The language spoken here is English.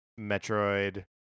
Metroid